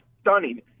stunning